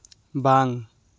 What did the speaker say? ᱵᱟᱝ